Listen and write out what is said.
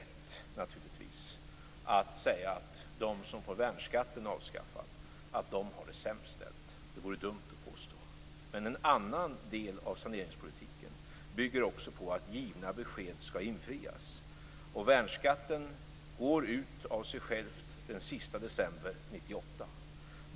Det är naturligtvis inte rätt att säga att de som får värnskatten avskaffad har det sämst ställt. Det vore dumt att påstå. Men en annan del av saneringspolitiken bygger också på att givna besked skall infrias, och värnskatten går ut av sig själv den sista december 1998.